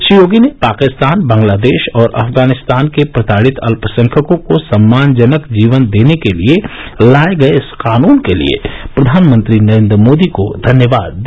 श्री योगी ने पाकिस्तान बांग्लादेश और अफगानिस्तान के प्रताड़ित अल्पसंख्यकों को सम्मानजनक जीवन देने के लिए लाए गए इस कानून के लिए प्रधानमंत्री नरेंद्र मोदी को धन्यवाद दिया